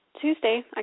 Tuesday